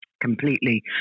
completely